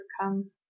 overcome